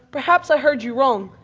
perhaps i heard you wrong.